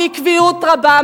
בעקביות רבה,